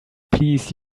please